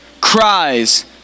cries